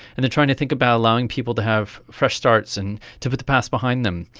and they are trying to think about allowing people to have fresh starts and to put the past behind them.